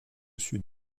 sud